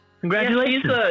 Congratulations